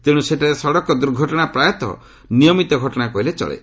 ତେଣୁ ସେଠାରେ ସଡ଼କ ଦୁର୍ଘଟଣା ପ୍ରାୟତଃ ନିୟମିତ ଘଟଣା କହିଲେ ଚଳେ